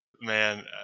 Man